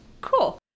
Cool